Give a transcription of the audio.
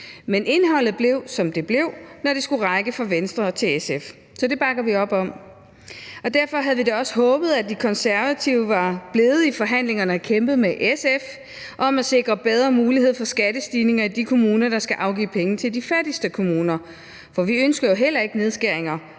Men indholdet blev, som det blev, når det skulle række fra Venstre til SF – så det bakker vi op om. Og derfor havde vi da også håbet, at De Konservative var blevet i forhandlingerne og kæmpet sammen med SF om at sikre bedre muligheder for skattestigninger i de kommuner, der skal afgive penge til de fattigste kommuner. For vi ønsker jo heller ikke nedskæringer